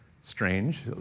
strange